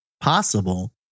Possible